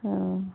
ᱦᱮᱸ